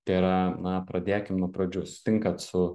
tai yra na pradėkim nuo pradžių sutinkat su